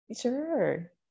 Sure